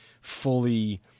fully –